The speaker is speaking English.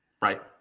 Right